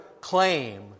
claim